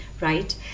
right